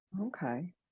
Okay